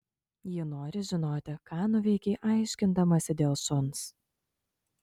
ji nori žinoti ką nuveikei aiškindamasi dėl šuns